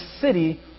city